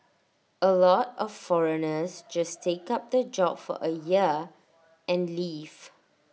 A lot of foreigners just take up the job for A year and leave